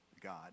God